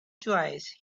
twice